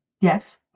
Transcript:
Yes